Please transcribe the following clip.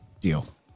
Deal